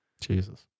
jesus